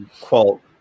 quote